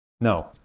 no